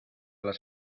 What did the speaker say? las